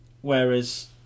Whereas